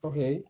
okay